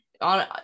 On